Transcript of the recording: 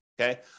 okay